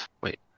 Wait